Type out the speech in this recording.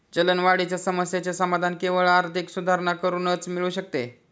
चलनवाढीच्या समस्येचे समाधान केवळ आर्थिक सुधारणा करूनच मिळू शकते